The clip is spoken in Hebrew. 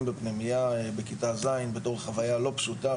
בפנימייה בכיתה ז' בתור חוויה לא פשוטה,